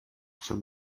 son